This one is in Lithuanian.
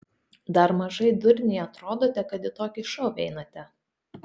dar mažai durniai atrodote kad į tokį šou einate